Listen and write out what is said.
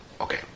Okay